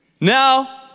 Now